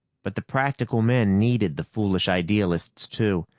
but the practical men needed the foolish idealists, too.